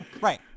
Right